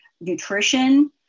nutrition